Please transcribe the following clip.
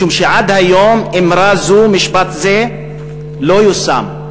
משום שעד היום אמרה זו, משפט זה לא יושם,